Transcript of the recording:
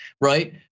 right